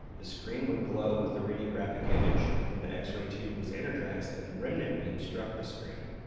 the screen would glow with the radiographic image when the x-ray tube was energized and the remnant beam struck the screen.